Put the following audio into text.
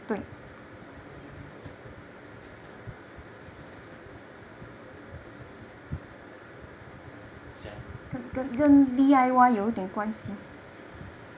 um okay 想